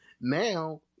Now